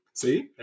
See